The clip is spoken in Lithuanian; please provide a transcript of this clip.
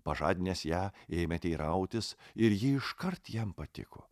pažadinęs ją ėmė teirautis ir ji iškart jam patiko